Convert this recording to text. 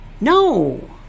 No